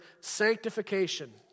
sanctification